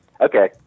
Okay